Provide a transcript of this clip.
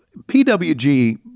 PWG